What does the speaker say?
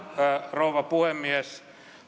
rouva puhemies